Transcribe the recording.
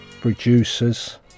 producers